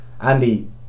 Andy